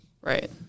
Right